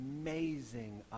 amazing